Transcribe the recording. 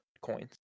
coins